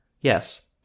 Yes